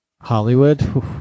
hollywood